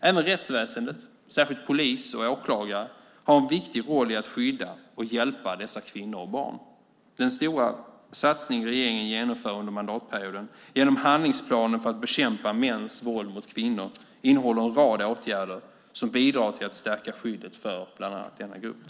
Även rättsväsendet, särskilt polis och åklagare, har en viktig roll i att skydda och hjälpa dessa kvinnor och barn. Den stora satsning regeringen genomför under mandatperioden genom handlingsplanen för att bekämpa mäns våld mot kvinnor innehåller en rad åtgärder som bidrar till att stärka skyddet för bland annat denna grupp.